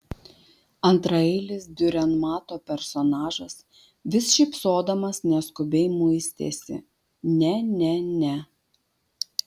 antraeilis diurenmato personažas vis šypsodamas neskubiai muistėsi ne ne ne